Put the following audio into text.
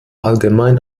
allgemein